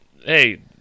hey